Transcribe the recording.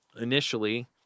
Initially